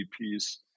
piece